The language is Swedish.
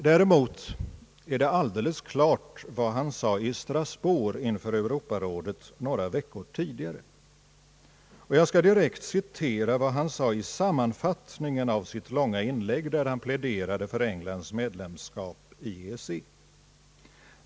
Däremot är det alldeles klart vad han sade i Strasbourg inför Europarådet några veckor tidigare. Jag skall direkt citera vad han sade i sammanfattningen av sitt långa inlägg där han pläderade för Englands medlemskap i EEC.